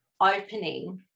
opening